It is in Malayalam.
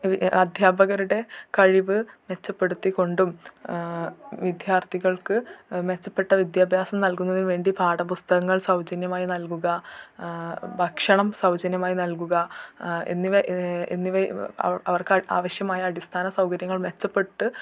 അദ്ധ്യാപകരുടെ കഴിവ് മെച്ചപ്പെടുത്തി കൊണ്ടും വിദ്യാർത്ഥികൾക്ക് മെച്ചപ്പെട്ട വിദ്യാഭ്യാസം നൽകുന്നതിന് വേണ്ടി പാഠപുസ്തകങ്ങൾ സൗജന്യമായി നൽകുക ഭക്ഷണം സൗജന്യമായി നൽകുക എന്നിവ എന്നിവയും അവർക്ക് അവർക്കാവശ്യമായ അടിസ്ഥാന സൗകര്യങ്ങൾ മെച്ചപ്പെട്ട്